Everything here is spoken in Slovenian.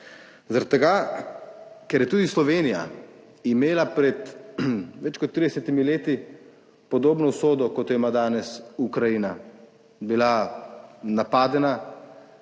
tega, ker je tudi Slovenija imela pred več kot 30 let podobno usodo kot jo ima danes Ukrajina, bila napadena,